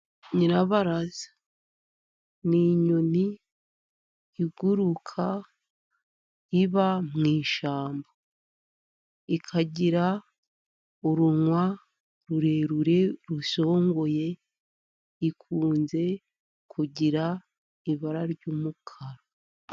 Nyirabaraza ni inyoni iguruka iba mu ishyamba. Ikagira urunwa rurerure rusongoye, ikunze kugira ibara ry'umukara.